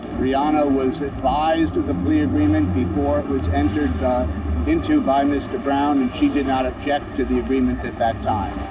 rihanna was advised of the plea agreement before it was entered into by mr. brown, and she did not object to the agreement at that time.